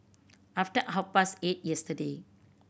after half past eight yesterday